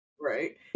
right